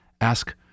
ask